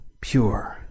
pure